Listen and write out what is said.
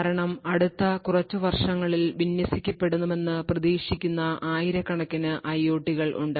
കാരണം അടുത്ത കുറച്ച് വർഷങ്ങളിൽ വിന്യസിക്കപ്പെടുമെന്ന് പ്രതീക്ഷിക്കുന്ന ആയിരക്കണക്കിന് ഐഒടികൾ ഉണ്ട്